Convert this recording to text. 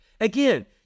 Again